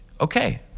Okay